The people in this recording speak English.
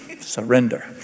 surrender